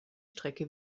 strecke